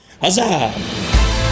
Huzzah